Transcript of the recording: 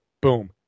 Boom